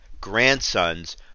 grandsons